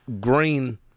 Green